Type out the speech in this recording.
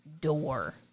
door